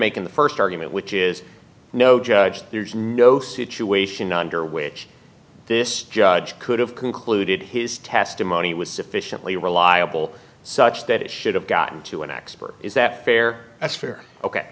making the first argument which is no judge there's no situation under which this judge could have concluded his testimony was sufficiently reliable such that it should have gotten to an expert is that fair